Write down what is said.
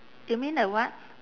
you mean a what